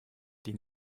die